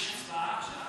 יש הצבעה?